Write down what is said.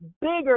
bigger